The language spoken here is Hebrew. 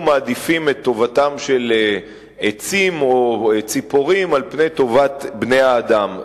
הם מעדיפים את טובתם של עצים או ציפורים על פני טובת בני-האדם,